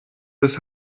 des